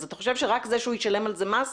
אז אתה חושב שרק זה שהוא ישלם על זה מס,